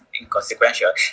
inconsequential